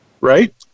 right